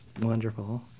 wonderful